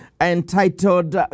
entitled